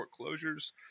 closures